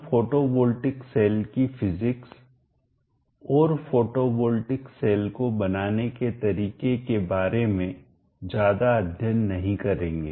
हम photovoltaic cell की physics भौतिकी और फोटोवॉल्टिक सेल को बनाने के तरीके के बारे में ज्यादा अध्ययन नहीं करेंगे